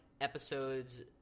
episodes